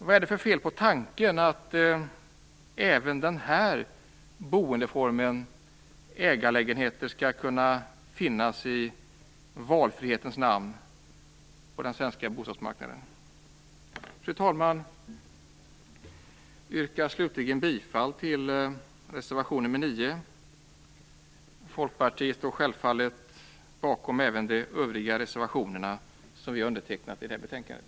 Vad är det för fel på tanken att även den här boendeformen, ägarlägenheter, i valfrihetens namn skall kunna finnas på den svenska bostadsmarknaden? Fru talman! Jag yrkar slutligen bifall till reservation 9. Folkpartiet står självfallet bakom även de övriga reservationerna som vi har undertecknat i det här betänkandet.